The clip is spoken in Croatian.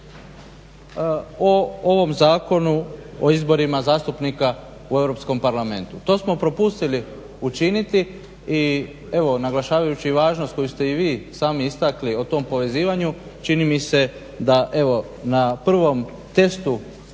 o ovom Zakonu o izborima zastupnika u Europskom parlamentu. To smo propustili učiniti i evo naglašavajući važnost koju ste i vi sami istakli o tom povezivanju čini mi se da evo na prvom testu